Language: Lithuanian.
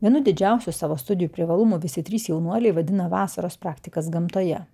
vienu didžiausiu savo studijų privalumų visi trys jaunuoliai vadina vasaros praktikas gamtoje